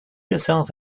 yourself